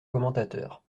commentateur